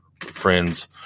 friends